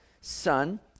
son